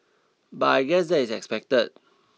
but I guess that is expected